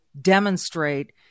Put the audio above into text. demonstrate